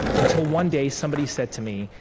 until one day, somebody said to me,